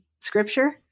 scripture